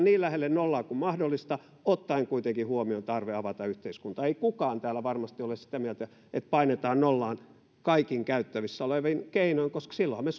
niin lähelle nollaa kuin mahdollista ottaen kuitenkin huomioon tarve avata yhteiskuntaa ei kukaan täällä varmasti ole sitä mieltä että painetaan nollaan kaikin käytettävissä olevin keinoin koska silloinhan me